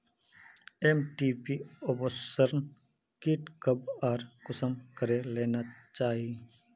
MTP abortion kit कब आर कुंसम करे लेना चही?